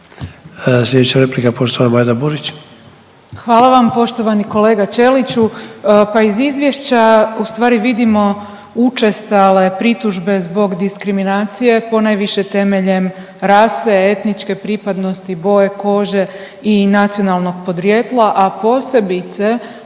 Sljedeća replika poštovana Majda Burić.